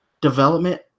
development